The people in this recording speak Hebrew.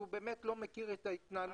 שהוא באמת לא מכיר את ההתנהלות הדיגיטלית.